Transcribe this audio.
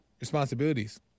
responsibilities